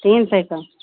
तीन सै का